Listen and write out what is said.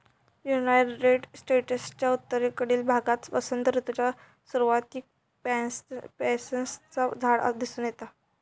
United स्टेट्सच्या उत्तरेकडील भागात वसंत ऋतूच्या सुरुवातीक पॅन्सीचा झाड दिसून येता